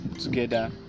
together